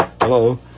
Hello